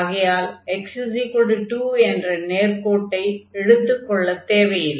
ஆகையால் x2 என்ற நேர்க்கோட்டை எடுத்துக் கொள்ளத் தேவையில்லை